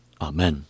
Amen